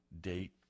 date